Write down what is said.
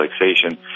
relaxation